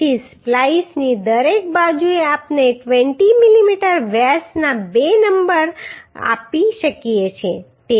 તેથી સ્પ્લાઈસની દરેક બાજુએ આપણે 20 મીમી વ્યાસના બે નંબર આપી શકીએ છીએ